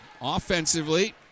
Offensively